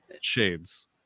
shades